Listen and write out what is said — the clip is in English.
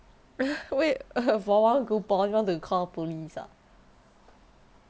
why for one coupon want to call police ah